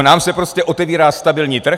Nám se prostě otevírá stabilní trh.